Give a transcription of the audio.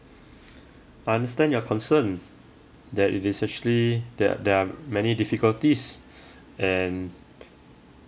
I understand your concern that it is actually that there are many difficulties and